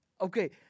okay